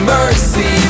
Mercy